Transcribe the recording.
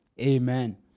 Amen